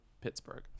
Pittsburgh